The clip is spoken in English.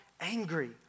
angry